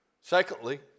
Secondly